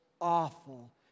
awful